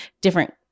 different